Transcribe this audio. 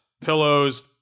pillows